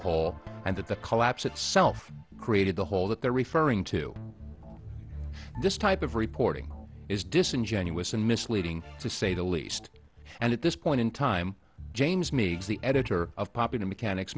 hole and that the collapse itself created the hole that they're referring to this type of reporting is disingenuous and misleading to say the least and at this point in time james meigs the editor of popular mechanics